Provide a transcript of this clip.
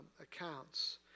accounts